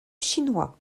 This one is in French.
chinois